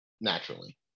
naturally